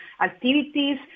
activities